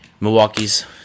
Milwaukee's